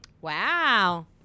wow